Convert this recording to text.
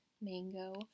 mango